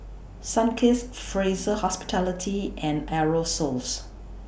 Sunkist Fraser Hospitality and Aerosoles